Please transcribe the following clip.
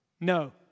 No